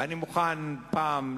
ואני מוכן פעם,